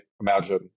imagine